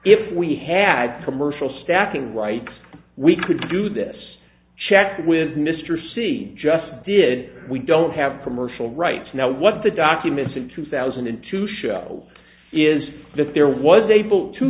if we had commercial staffing right we could do this checked with mr c just did we don't have commercial rights now what the documents in two thousand and two show is that there was able to